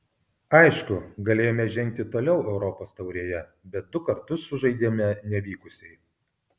aišku galėjome žengti toliau europos taurėje bet du kartus sužaidėme nevykusiai